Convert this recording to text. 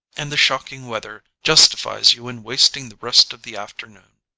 and the shocking weather justifies you in wasting the rest of the afternoon.